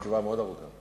היא תשובה מאוד ארוכה.